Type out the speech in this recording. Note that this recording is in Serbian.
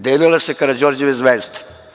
Delile se Karađorđeve zvezde.